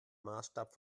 maßstab